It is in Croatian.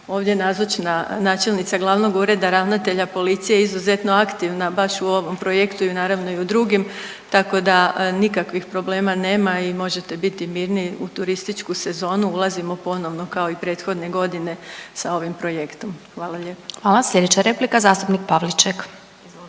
Ovdje nazočna načelnica glavnog ureda ravnatelja policije je izuzetno aktivna baš u ovom projektu i naravno i u drugim, tako da nikakvih problema nema i možete biti mirni, u turističku sezonu ulazimo ponovno kao i prethodne godine sa ovim projektom, hvala lijepo. **Glasovac, Sabina (SDP)** Hvala. Slijedeća replika zastupnik Pavliček.